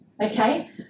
okay